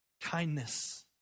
kindness